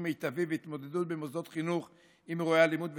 מיטבי והתמודדות במוסדות חינוך עם אירועי אלימות בסיכון,